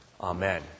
Amen